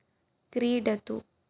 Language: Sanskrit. क्रीडतु